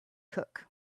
cook